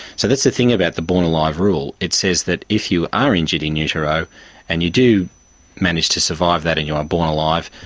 so that's the thing about the born alive rule, it says that if you are injured in utero and you do manage to survive that and you are born alive,